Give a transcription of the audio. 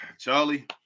Charlie